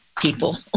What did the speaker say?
people